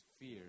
fear